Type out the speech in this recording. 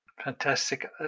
Fantastic